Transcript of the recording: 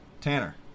Tanner